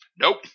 nope